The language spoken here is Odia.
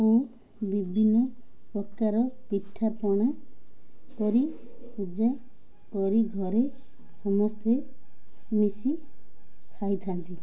ଓ ବିଭିନ୍ନ ପ୍ରକାର ପିଠାପଣା କରି ପୂଜା କରି ଘରେ ସମସ୍ତେ ମିଶି ଖାଇଥାନ୍ତି